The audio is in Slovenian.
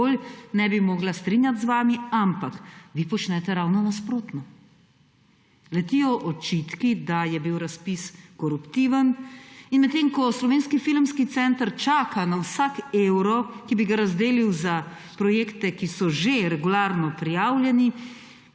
bolj ne bi mogla strinjati z vami, ampak vi počnete ravno nasprotno. Letijo očitki, da je bil razpis koruptiven, in medtem ko Slovenski filmski center čaka na vsak evro, ki bi ga razdelil za projekte, ki so že regularno prijavljeni,